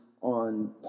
on